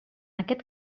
aquest